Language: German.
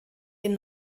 den